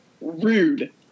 rude